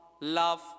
love